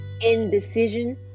indecision